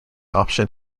option